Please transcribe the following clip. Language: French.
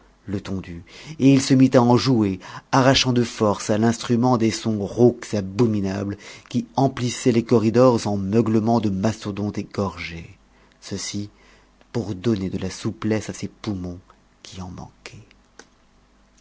letondu et il se mit à en jouer arrachant de force à l'instrument des sons rauques abominables qui emplissaient les corridors en meuglements de mastodonte égorgé ceci pour donner de la souplesse à ses poumons qui en manquaient